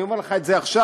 אני אומר לך את זה עכשיו,